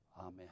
Amen